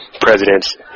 presidents